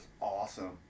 awesome